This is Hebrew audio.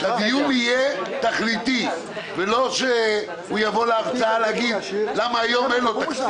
שהדיון יהיה תכליתי ולא שהוא יבוא להרצות ולהגיד למה אין לו תפקיד.